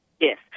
Yes